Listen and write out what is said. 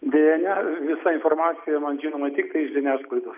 deja ne visa informacija man žinoma tiktai iš žiniasklaidos